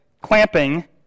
clamping